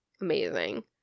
amazing